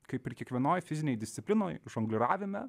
kaip ir kiekvienoj fizinėj disciplinoj žongliravime